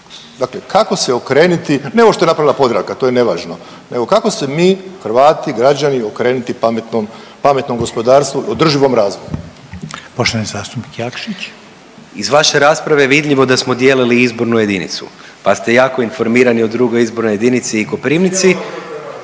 Dakle, kako se okrenuti. Ne ovo što je napravila Podravka, to je nevažno, nego kako se mi Hrvati, građani okrenuti pametnom gospodarstvu, održivom razvoju. **Reiner, Željko (HDZ)** Poštovani zastupnik Jakšić. **Jakšić, Mišel (SDP)** Iz vaše rasprave je vidljivo da smo dijelili izbornu jedinicu, pa ste jako informirani o drugoj izbornoj jedinici i Koprivnici.